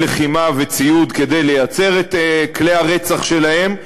לחימה וציוד כדי לייצר את כלי הרצח שלהם,